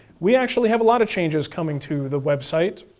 we actually have a lot of changes coming to the website.